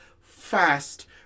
fast